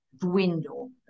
dwindle